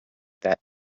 that